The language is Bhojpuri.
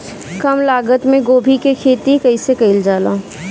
कम लागत मे गोभी की खेती कइसे कइल जाला?